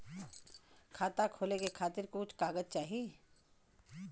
खाता खोले के खातिर कुछ कागज चाही?